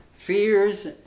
Fears